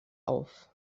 auf